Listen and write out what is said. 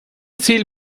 ziel